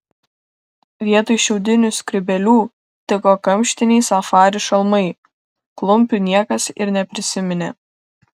vietoj šiaudinių skrybėlių tiko kamštiniai safari šalmai klumpių niekas ir neprisiminė